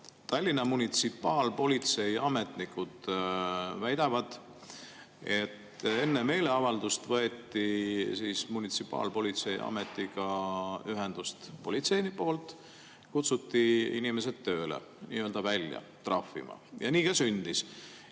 Tallinna munitsipaalpolitsei ametnikud väidavad, et enne meeleavaldust võeti politseist munitsipaalpolitsei ametiga ühendust, kutsuti inimesed tööle, nii‑öelda välja trahvima ja nii ka sündis.